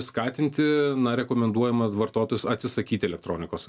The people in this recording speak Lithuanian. skatinti na rekomenduojama vartotus atsisakyti elektronikos